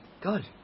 God